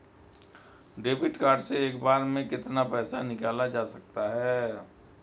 Debit card से एक बार में कितना पैसा निकाला जा सकता है?